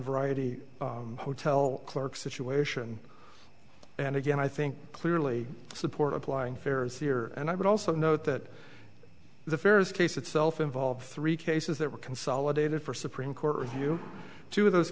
variety hotel clerk situation and again i think clearly support applying fares here and i would also note that the fair's case itself involved three cases that were consolidated for supreme court review two of those